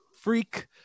freak